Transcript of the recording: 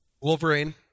Wolverine